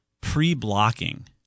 pre-blocking